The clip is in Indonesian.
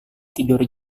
tidur